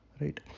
right